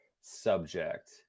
subject